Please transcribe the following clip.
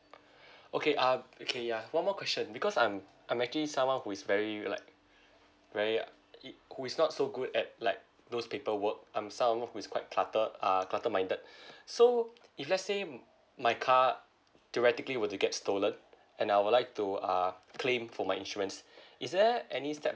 okay uh okay ya one more question because I'm I'm actually someone who is very like very uh it who is not so good at like those paper work I'm someone who is quite clutter uh clutter minded so if let's say um my car theoretically were get stolen and I would like to uh claim for my insurance is there any step